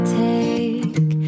take